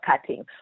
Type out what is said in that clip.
cutting